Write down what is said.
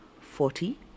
forty